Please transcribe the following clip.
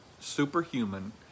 superhuman